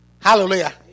Hallelujah